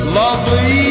lovely